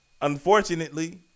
unfortunately